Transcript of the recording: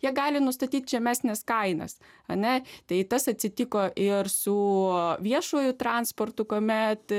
jie gali nustatyti žemesnes kainas ane tai tas atsitiko ir su viešuoju transportu kuomet